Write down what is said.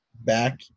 back